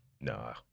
Nah